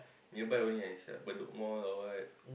nearby only ah it's like bedok Mall or what